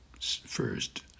First